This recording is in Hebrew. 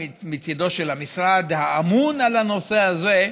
מצידו של המשרד הממונה על הנושא הזה,